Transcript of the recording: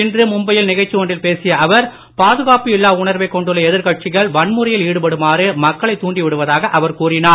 இன்று மும்பையில் நிகழ்ச்சி ஒன்றில் பேசிய அவர் பாதுகாப்பு இல்லா உணர்வைக் கொண்டுள்ள எதிர் கட்சிகள் வன்முறையில் ஈடுபடுமாறு மக்களைத் தாண்டிவிடுவதாக அவர் கூறினார்